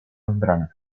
membrana